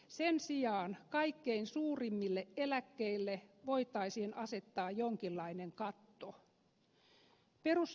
sen sijaan kaikkein suurimmille eläkkeille voitaisiin asettaa jonkinlainen katto